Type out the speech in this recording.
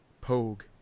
Pogue